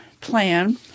plan